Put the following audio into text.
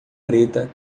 preta